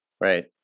right